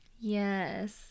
Yes